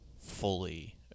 fully